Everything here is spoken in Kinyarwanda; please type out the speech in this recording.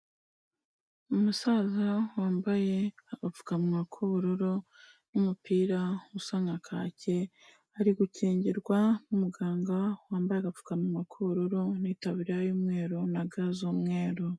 Umusaza wambaye agapfukamunwa k'ubururu n'umupira usa na kaki, ari gukingirwa n'umuganga wambaye agapfukamunwa k'ubururu n'itabira y'umweru na ga z'umweru.